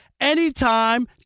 anytime